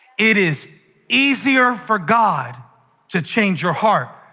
it is easier for god to change your heart,